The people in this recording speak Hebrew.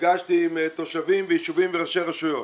ונפגשתי עם תושבים בישובים וראשי רשויות.